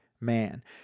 man